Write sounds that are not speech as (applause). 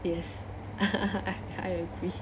yes (laughs) I agree